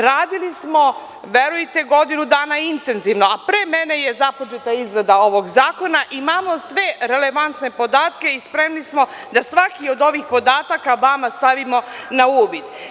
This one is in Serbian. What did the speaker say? Radili smo, verujte, godinu dana intenzivno, a pre mene je započeta izrada ovog zakona i imamo sve relevantne podatke i spremni smo da svaki od ovih podataka vama stavimo na uvid.